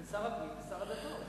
בין שר הפנים ושר הדתות.